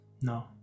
No